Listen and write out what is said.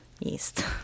east